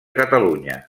catalunya